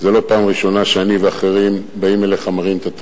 ואני יודע בדיוק מה אמרתי.